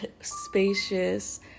spacious